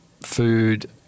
food